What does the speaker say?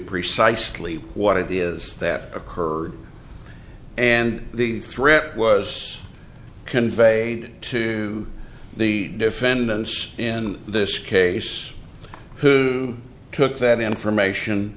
precisely what it is that occurred and the threat was conveyed to the defendants in this case who took that information